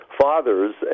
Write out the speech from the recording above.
fathers